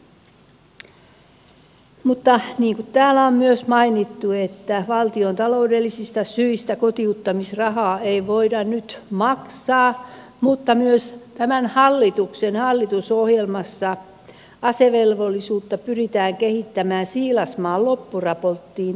mutta niin kuin täällä on myös mainittu valtiontaloudellisista syistä kotiuttamisrahaa ei voida nyt maksaa mutta myös tämän hallituksen hallitusohjelmassa asevelvollisuutta pyritään kehittämään siilasmaan loppuraporttiin tukeutuen